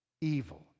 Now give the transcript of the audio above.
Evil